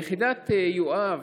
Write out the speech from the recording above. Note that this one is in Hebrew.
יחידת יואב,